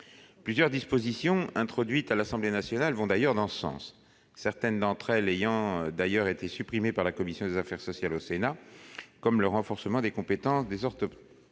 Plusieurs dispositions introduites à l'Assemblée nationale vont d'ailleurs dans ce sens, certaines d'entre elles ayant été supprimées par la commission des affaires sociales du Sénat, comme le renforcement des compétences des orthoptistes.